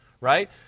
right